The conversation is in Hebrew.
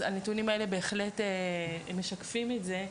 אז הנתונים האלה הם משקפים את זה.